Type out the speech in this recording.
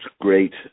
great